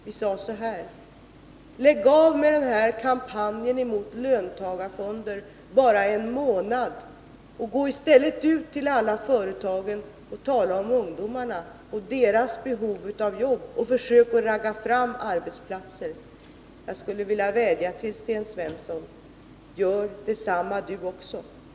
Vi sade: Lägg av med kampanjen mot löntagarfonder bara en månad! Gå i stället ut till alla företag och tala om ungdomarna och deras behov av jobb, och försök ragga upp arbetsplatser! Jag vill vädja till Sten Svensson: Gör detsamma!